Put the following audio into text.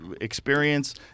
experience